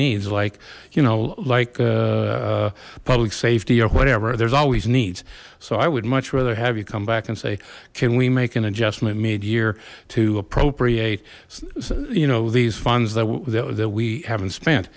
needs like you know like public safety or whatever there's always needs so i would much rather have you come back and say can we make an adjustment made year to appropriate you know these funds that we that we haven't spent